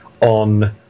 on